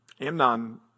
Amnon